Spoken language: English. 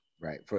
Right